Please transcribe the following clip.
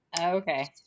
Okay